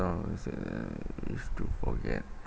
is to forget